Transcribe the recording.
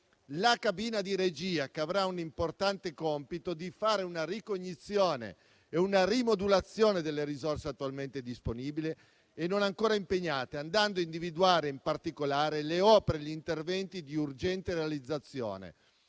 la cabina di regia, che avrà l'importante compito di fare una ricognizione e una rimodulazione delle risorse attualmente disponibili e non ancora impegnate, andando a individuare in particolare le opere e gli interventi di urgente realizzazione